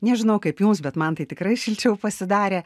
nežinau kaip jums bet man tai tikrai šilčiau pasidarė